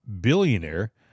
billionaire